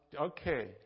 Okay